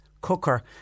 Cooker